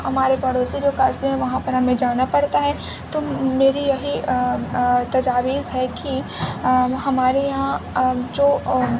ہمارے پڑوسی جو کرتے ہیں وہاں پر ہمیں جانا پڑتا ہے تو میری یہی تجاویز ہے کہ ہمارے یہاں جو